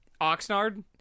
Oxnard